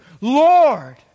Lord